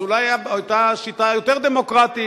אז אולי היתה שיטה יותר דמוקרטית.